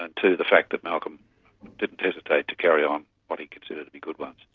and two, the fact that malcolm didn't hesitate to carry on what he considered to be good ones.